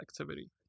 activity